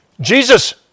Jesus